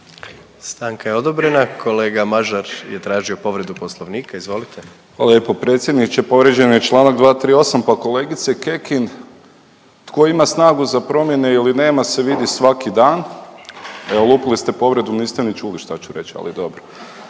Stanka je odobrena. Kolega Mažar je tražio povredu poslovnika, izvolite. **Mažar, Nikola (HDZ)** Hvala lijepo predsjedniče. Povrijeđen je čl. 238. pa kolegice Kekin tko ima snagu za promjene ili nema se vidi svaki dan, evo lupili ste povredu niste ni čuli šta ću reć, ali dobro.